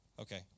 Okay